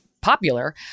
popular